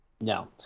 No